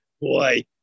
boy